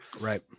Right